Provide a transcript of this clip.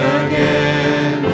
again